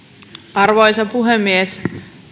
arvoisa puhemies